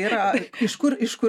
yra iš kur iš kur